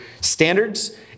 Standards